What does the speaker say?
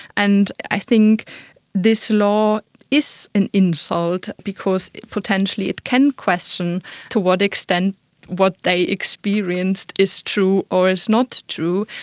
and i think this law is an insult because potentially it can question to what extent what they experienced is true or is not true.